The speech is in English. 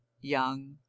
young